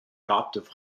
adoptive